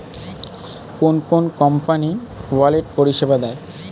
কোন কোন company wallet পরিষেবা দেয়?